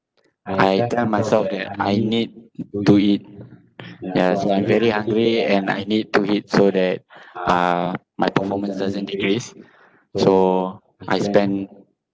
I tell myself that I need to eat yeah so I'm very hungry and I need to eat so that uh my performance doesn't decrease so I spend